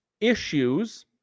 issues